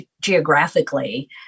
geographically